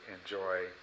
enjoy